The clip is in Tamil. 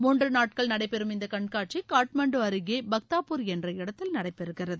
மூன்று நாட்கள் நடைபெறும் இந்த கண்காட்சி காட்மாண்டு அருகே பக்தாபுர் என்ற இடத்தில் நடைபெறுகிறது